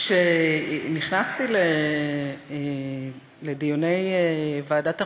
כשנכנסתי לדיוני ועדת החוקה,